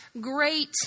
great